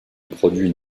produit